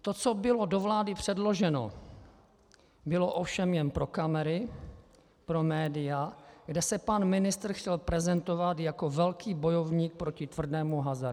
To, co bylo do vlády předloženo, bylo ovšem jen pro kamery, pro média, kde se pan ministr chtěl prezentovat jako velký bojovník proti tvrdému hazardu.